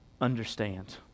understand